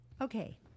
Okay